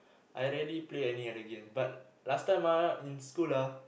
I rarely play any other games but last time ah in school ah